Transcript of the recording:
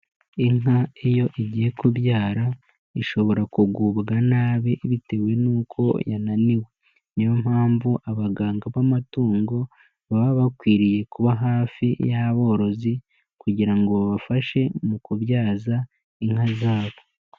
Inka iyo igiye kubyara, ishobora kugubwa nabi, bitewe n'uko yananiwe, niyo mpamvu abaganga b'amatungo, baba bakwiriye kuba hafi y'aborozi kugira ngo babafashe mu kubyaza, inka zabo.